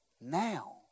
now